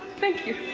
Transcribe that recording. thank you.